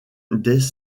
dès